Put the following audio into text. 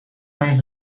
mijn